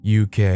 uk